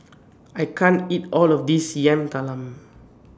I can't eat All of This Yam Talam